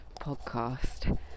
podcast